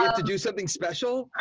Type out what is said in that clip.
to do something special